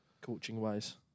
coaching-wise